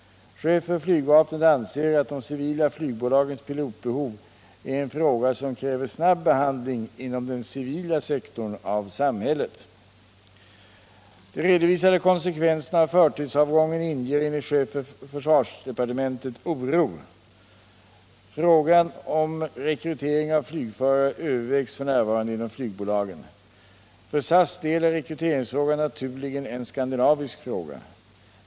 Chefen för flygvapnet anser att de civila flygbolagens pilotbehov är en fråga som kräver snabb behandling inom den civila sektorn av samhället. De redovisade konsekvenserna av förtidsavgången inger enligt chefen för försvarsdepartementet oro. Frågan om rekrytering av flygförare övervägs f. n. inom flygbolagen. För SAS del är rekryteringsfrågan naturligen en skandinavisk fråga.